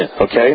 okay